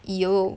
!eww!